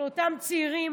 לאותם צעירים